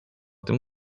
tym